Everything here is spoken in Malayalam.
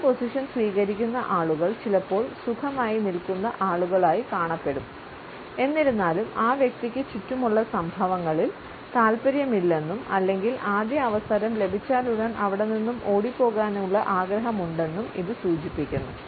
ഈ പൊസിഷൻ സ്വീകരിക്കുന്ന ആളുകൾ ചിലപ്പോൾ സുഖമായി നിൽക്കുന്ന ആളുകളായി കാണപ്പെടും എന്നിരുന്നാലും ആ വ്യക്തിക്ക് ചുറ്റുമുള്ള സംഭവങ്ങളിൽ താൽപ്പര്യമില്ലെന്നും അല്ലെങ്കിൽ ആദ്യ അവസരം ലഭിച്ചാലുടൻ അവിടെനിന്നും ഓടി പോകാനുള്ള ആഗ്രഹമുണ്ടെന്നും ഇത് സൂചിപ്പിക്കുന്നു